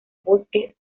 bosque